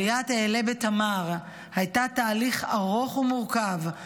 עליית "אעלה בתמר" הייתה תהליך ארוך ומורכב,